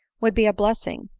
would be a blessing,